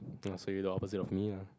!ah! so you are the opposite of me ya